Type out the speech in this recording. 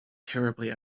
terribly